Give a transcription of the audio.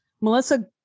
Melissa